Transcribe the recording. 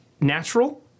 Natural